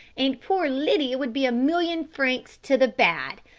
and poor lydia would be a million francs to the bad.